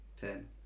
Ten